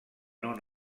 non